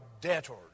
debtors